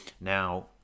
now